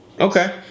Okay